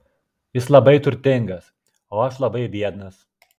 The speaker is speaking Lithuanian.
jis labai turtingas o aš labai biednas